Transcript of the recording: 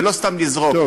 ולא סתם לזרוק.